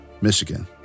Michigan